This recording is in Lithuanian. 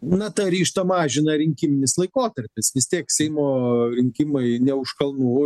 na tą ryžtą mažina rinkiminis laikotarpis vis tiek seimo rinkimai ne už kalnų